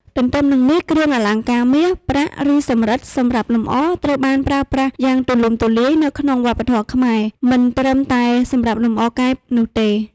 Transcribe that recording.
ទទ្ទឹមនឹងនេះ គ្រឿងអលង្ការមាស ប្រាក់ ឬសំរឹទ្ធសម្រាប់លម្អ ត្រូវបានប្រើប្រាស់យ៉ាងទូលំទូលាយនៅក្នុងវប្បធម៌ខ្មែរ មិនត្រឹមតែសម្រាប់លម្អកាយនោះទេ។